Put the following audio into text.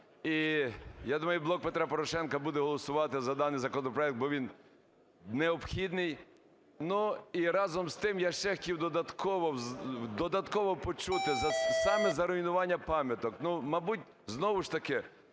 і я думаю, "Блок Петра Порошенка" буде голосувати за даний законопроект, бо він необхідний. І, разом з тим, я ще хотів додатково, додатково почути саме за руйнування пам'яток. Ну, мабуть, знову ж таки